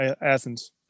Athens